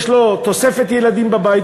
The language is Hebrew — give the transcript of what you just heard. יש לו תוספת ילדים בבית,